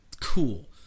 cool